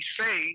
say